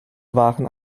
waren